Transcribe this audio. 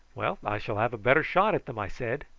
well, i shall have a better shot at them, i said.